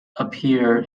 appear